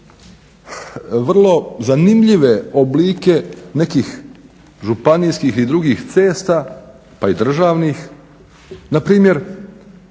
Vrlo zanimljive oblike nekih županijskih i drugih cesta pa i državnih npr.